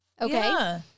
Okay